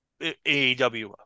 AEW